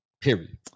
Period